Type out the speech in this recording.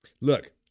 Look